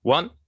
One